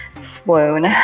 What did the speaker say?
Swoon